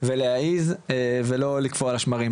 ולהעז ולא לקפוא על השמרים.